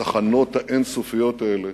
התחנות האין-סופיות האלה